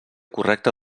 correcta